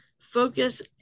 Focus